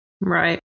Right